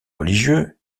religieux